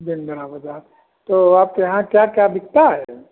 वन्दना बाज़ार तो आपके यहाँ क्या क्या बिकता है